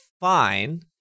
fine